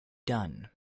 done